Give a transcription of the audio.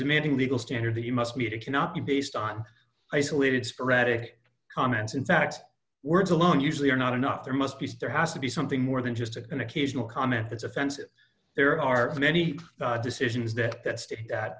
demanding legal standard that you must meet it cannot be based on isolated sporadic comments in fact words alone usually are not enough there must be there has to be something more than just an occasional comment that's offensive there are many decisions that